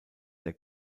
der